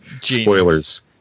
spoilers